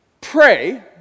pray